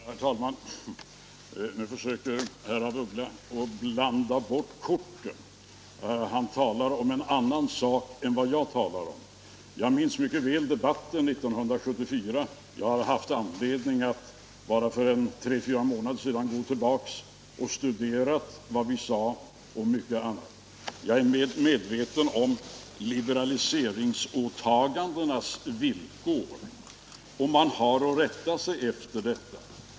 Herr talman! Nu försöker herr af Ugglas blanda bort korten. Han talar om en annan sak än jag talar om. Jag minns mycket väl debatten 1974. För bara tre fyra månader sedan hade jag anledning att gå tillbaka och studera vad vi då sade. Jag är väl medveten om liberaliseringsåtagandenas villkor och att man har att rätta sig efter dem.